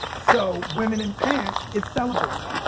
so women in pants is celebrated.